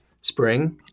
spring